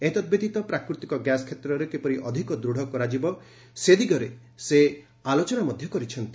ଏତଦବ୍ୟତୀତ ପ୍ରାକୃତିକ ଗ୍ୟାସ୍ କ୍ଷେତ୍ରରେ କିପରି ଅଧିକ ଦୂଢ଼ କରାଯିବ ସେ ଦିଗରେ ସେ ନେଇ ଆଲୋଚନା ମଧ୍ୟ ହୋଇଛି